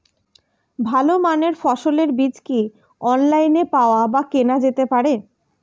ভালো মানের ফসলের বীজ কি অনলাইনে পাওয়া কেনা যেতে পারে?